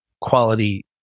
quality